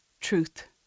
Truth